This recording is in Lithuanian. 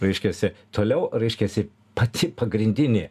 reiškiasi toliau reiškiasi pati pagrindinė